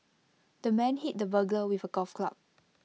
the man hit the burglar with A golf club